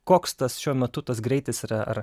koks tas šiuo metu tas greitis yra ar